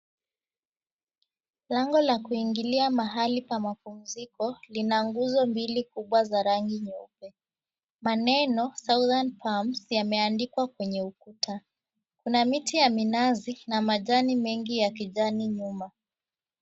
Lango la kuingilia mahali pa mapumziko lina nguzo mbili kubwa za rangi nyeupe. Maneno southern palms yameandikwa kwenye ukuta. Kuna miti ya minazi na majani mengi ya kijani nyuma.